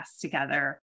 together